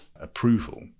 approval